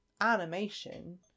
animation